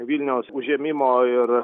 vilniaus užėmimo ir